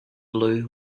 blew